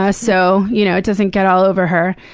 ah so you know it doesn't get all over her.